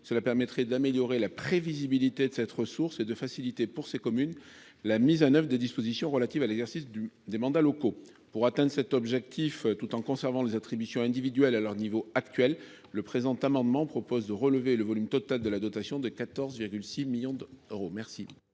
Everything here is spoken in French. Cela permettrait d’améliorer la prévisibilité de cette ressource et de faciliter, pour ces communes, la mise en œuvre des dispositions relatives à l’exercice de mandats locaux. Pour atteindre cet objectif tout en conservant les attributions individuelles à leur niveau actuel, nous prévoyons de relever le volume total de la dotation à 14,6 millions d’euros.